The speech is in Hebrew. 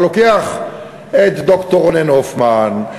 אתה לוקח את ד"ר רונן הופמן,